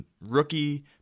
rookie